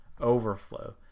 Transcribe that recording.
overflow